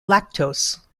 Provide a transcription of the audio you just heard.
lactose